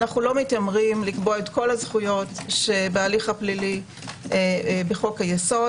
אנו לא מתיימרים לקבוע את כל הזכויות בהליך הפלילי בחוק היסוד.